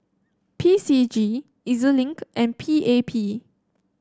P C G E Z Link and P A P